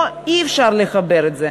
או שאי-אפשר לחבר את זה.